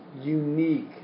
unique